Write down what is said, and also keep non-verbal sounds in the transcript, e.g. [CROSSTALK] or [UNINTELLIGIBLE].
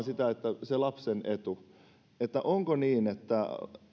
[UNINTELLIGIBLE] sitä lapsen etua että onko niin että